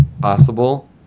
Possible